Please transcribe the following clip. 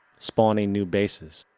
spawning new bases,